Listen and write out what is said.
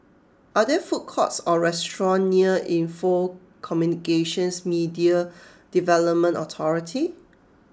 are there food courts or restaurants near Info Communications Media Development Authority